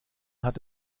hat